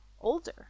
older